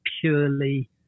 purely